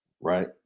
right